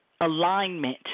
alignment